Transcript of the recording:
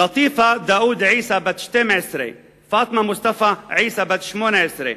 לטיפה דאוד עיסא, בת 12, פאטמה מוסטפא עיסא בת 18,